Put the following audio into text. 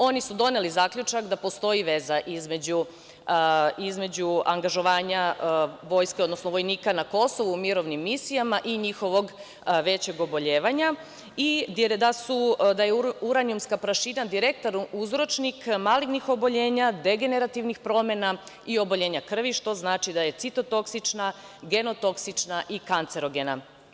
Oni su doneli zaključak da postoji veza između angažovanja vojske, odnosno vojnika na Kosovu u mirovnim misijama i njihovog većeg oboljenja i da je uranijumska prašina direktan uzročnik malignih oboljenja, degenerativnih promena i oboljenja krvi, što znači da je citotoksična, genotoksična i kancerogena.